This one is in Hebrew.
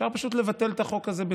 מישהו שלח לי צילום מהציוצים של בנט.